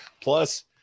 Plus